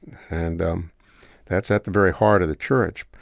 and um that's at the very heart of the church.